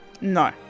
No